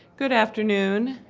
good afternoon.